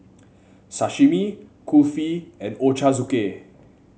Sashimi Kulfi and Ochazuke